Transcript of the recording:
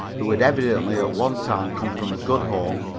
who had evidently at one time come from a good home,